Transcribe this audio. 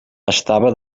estava